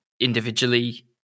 individually